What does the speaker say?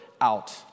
out